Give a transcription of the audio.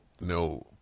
no